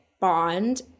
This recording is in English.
bond